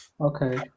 Okay